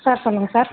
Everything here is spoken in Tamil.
சார் சொல்லுங்கள் சார்